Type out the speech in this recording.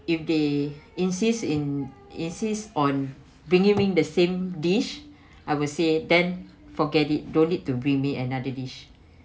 if they insist in insists on bringing the same dish I would say then forget it don't need to bring me another dish